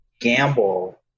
gamble